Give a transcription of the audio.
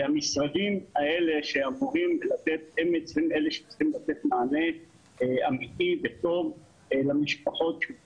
המשרדים האלה הם אלה שצריכים לתת מענה אמיתי וטוב למשפחות.